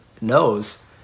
knows